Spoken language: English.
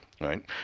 Right